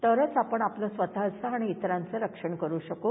तर आपण आपलं स्वतःचं आणि इतरांचं रक्षण करू शकू